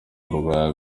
burwayi